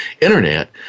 Internet